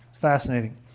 Fascinating